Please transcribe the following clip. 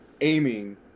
aiming